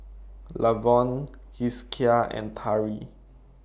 Lavon Hezekiah and Tari